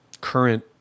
current